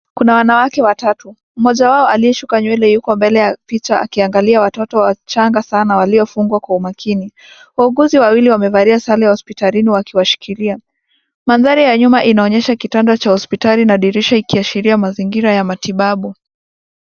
Kuna wanawake watatu, mmoja wao aliyeshuka nywele yuko mbele ya picha akiangalia watoto wachanga sana waliofungwa kwa umakini. Wauguzi wawili wamevalia sare ya hospitalini wakiwashikilia. Mandhari ya nyuma inaonyesha kitanda cha hospitali na dirisha ikiashiria mazingira ya matibabu.